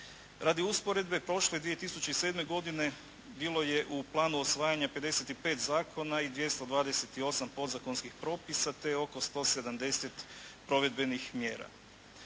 Radi usporedbe, prošle 2007. godine bilo je u planu usvajanje 55 zakona i 228 podzakonskih propisa te oko 170 provedbenih mjera.